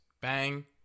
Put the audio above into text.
Bang